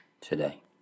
today